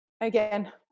again